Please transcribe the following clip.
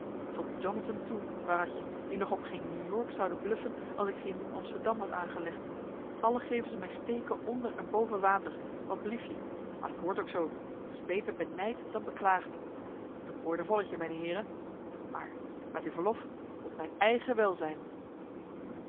tot jonathan toe waratje die nog op geen new-york zoude bluffen als ik geen nieuw amsterdam had aangelegd allen geven ze mij steken onder en boven water wat bliefje maar dat hoort ook zoo het is beter benijd dan beklaagd een boordevolletje mijne heeren maar met uw verlof op mijn eigen welzijn